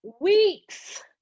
weeks